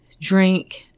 drink